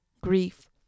grief